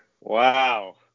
Wow